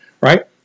Right